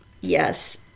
Yes